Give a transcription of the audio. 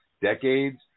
decades